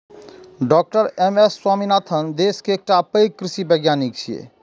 डॉ M S Swaminathan देश के एकटा पैघ कृषि वैज्ञानिक छियै